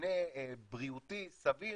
מבנה בריאותי סביר